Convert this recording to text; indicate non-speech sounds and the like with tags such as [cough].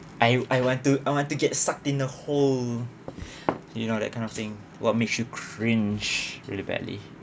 I I want to I want to get stucked in a home [breath] you know that kind of thing what makes you cringe really badly